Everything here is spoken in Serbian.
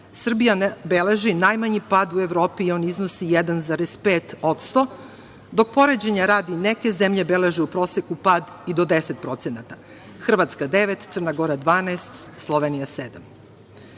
Srbija beleži najmanji pad u Evropi i on iznosi 1,5%, dok poređanja radi neke zemlje beleže u proseku pad i do 10%, Hrvatska 9%, Crna Gora 12%, Slovenija 7%.